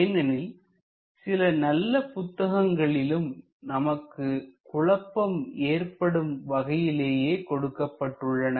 ஏனெனில் சில நல்ல புத்தகங்களிலும் நமக்கு குழப்பம் ஏற்படும் வகையிலேயே கொடுக்கப்பட்டுள்ளன